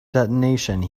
detonation